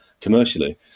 commercially